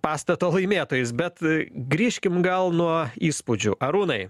pastato laimėtojais bet grįžkim gal nuo įspūdžių arūnai